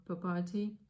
property